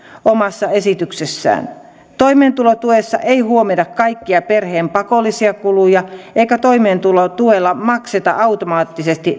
omassa esityksessään toimeentulotuessa ei huomioida kaikkia perheen pakollisia kuluja eikä toimeentulotuella makseta automaattisesti